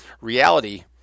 reality